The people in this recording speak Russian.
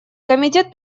комитет